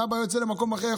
אם אבא יוצא למקום אחר,